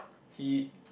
he